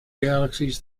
galaxies